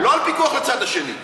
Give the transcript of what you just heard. לא על פיקוח הצד השני.